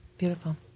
Beautiful